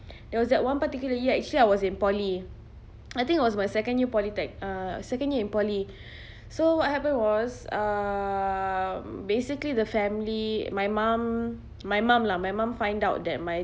there was that one particular year actually I was in poly I think it was my second year polytech~ uh second year in poly so what happened was uh basically the family my mum my mum lah my mum find out that my